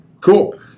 cool